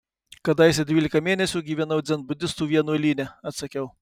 kadaise dvylika mėnesių gyvenau dzenbudistų vienuolyne atsakiau